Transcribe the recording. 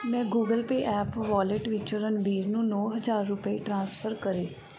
ਮੇਰੇ Google Pay app wallet ਵਿੱਚੋਂ ਰਨਬੀਰ ਨੂੰ ਨੌਂ ਹਜ਼ਾਰ ਰੁਪਏ ਟ੍ਰਾਂਸਫਰ ਕਰੇ